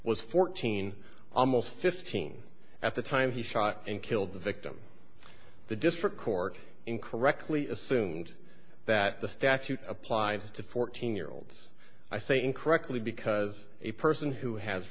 was fourteen almost fifteen at the time he shot and killed the victim the district court incorrectly assumed that the statute applied to fourteen year olds i say incorrectly because a person who has